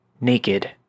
naked